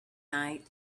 night